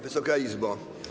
Wysoka Izbo!